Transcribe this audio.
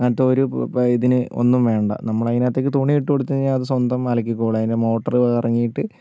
അങ്ങനത്തെ ഒരു ഇതിന് ഒന്നും വേണ്ട നമ്മൾ അതിനകത്തേക്ക് തുണി ഇട്ടുകൊടുത്ത് കഴിഞ്ഞാൽ അത് സ്വന്തം അലക്കിക്കോളും അതിന്റെ മോട്ടറ് കറങ്ങിയിട്ട്